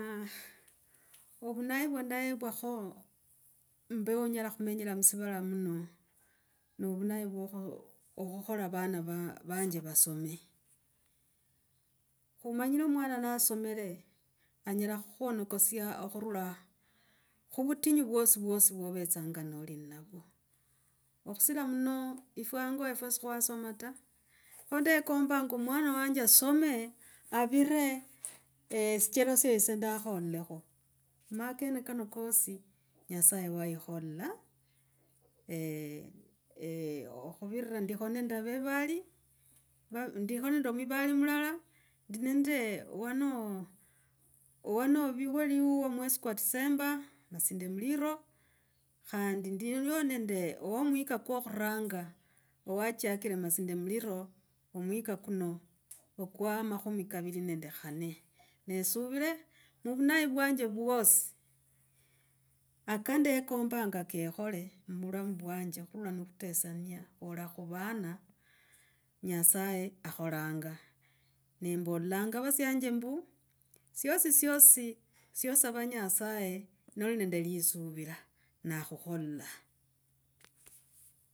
ungi vwa ndaevwakho, mbeo onyela khumenyela musivala muno. No ovunai vwa okhukhola van ava, banje vasome. Khumanyire mwana na asaomire anyela khukhuonakesia khurula khuvutinyu vwosi vwasi vwo ovetsanga noli navwa. Okhusira muno yifwe hanga wefwe sikhwasoma ta, kho ndekombanga mwana wanje asome avire, eeh sichele sya ise ndakhole. Ma kenaka kosi nyasaye waikholila eeh eeh khuvira ndikho nende avevali, ndikho nende omwivali mulala, ndi nende wanoo wanovuliue mwezi kwa december. Masinde muliro khandi ndilio nende wo omwika kwa khuranga, wachakr masinde muliro omwika kuno okwa makhumi kavirinende kanne ne esuvire mu vunai uwanje vwosi akandekombanga kekhole muvulamu uwanje kurula ni kutesania khuvila khuvana nyasaye akholanga. Mbalanga vasyanje mbu, syosi syosi syo sava nyasaye noli nende lisuvila akhukho nakhukholila.